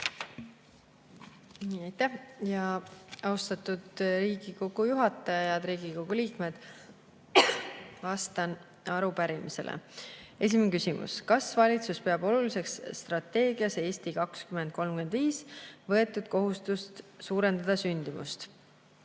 Austatud Riigikogu juhataja! Head Riigikogu liikmed! Vastan arupärimisele. Esimene küsimus: "Kas valitsus peab oluliseks strateegias "Eesti 2035" võetud kohustust suurendada sündimust?"